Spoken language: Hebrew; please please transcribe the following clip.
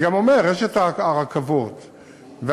אני גם אומר שיש הרכבות והמסילות,